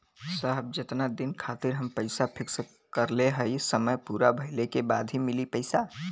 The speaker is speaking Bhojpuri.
साहब जेतना दिन खातिर हम पैसा फिक्स करले हई समय पूरा भइले के बाद ही मिली पैसा?